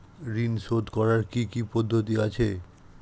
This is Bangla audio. ঋন শোধ করার কি কি পদ্ধতি আছে?